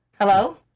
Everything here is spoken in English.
Hello